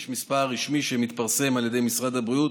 יש מספר רשמי שמתפרסם על ידי משרד הבריאות,